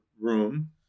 room